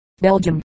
Belgium